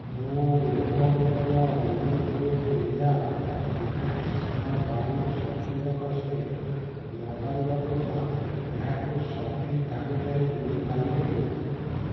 ମୁଁ ଏକ ବୋତଲ ଅମ୍ବିପୁର ଏୟାର୍ ବାୟୁ ସତେଜକ ସ୍ପ୍ରେ ମଗାଇବାକୁ ଚାହୁଁଛି ଏହାକୁ ସପିଂ ତାଲିକାରେ ଯୋଡ଼ି ପାରିବେ କି